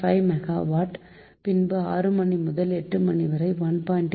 5 megawatt பின்பு 6 முதல் 8 மணிவரை 1